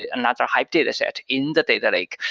ah another hive dataset in the data lake.